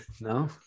No